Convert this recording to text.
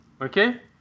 Okay